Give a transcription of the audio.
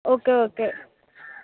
okay okay